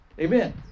amen